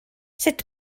sut